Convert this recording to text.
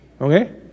okay